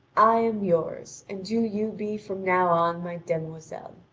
i am yours, and do you be from now on my demoiselle!